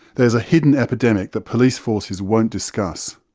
there is a hidden epidemic that police forces won't discuss.